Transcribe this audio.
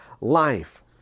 life